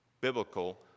Biblical